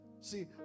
see